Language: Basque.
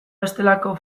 bestelako